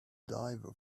diver